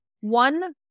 One